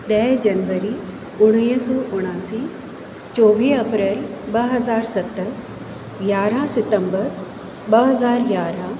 ॾह जनवरी उणिवीह सौ उणासी चोवीह अप्रैल ॿ हज़ार सत यारहं सितंबर ॿ हज़ार यारहं